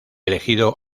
elegido